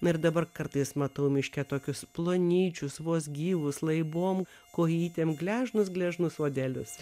ir dabar kartais matau miške tokius plonyčius vos gyvus laibom kojytėm gležnus gležnus uodelius